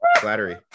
flattery